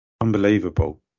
unbelievable